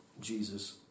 Jesus